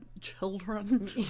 children